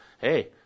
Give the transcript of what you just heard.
hey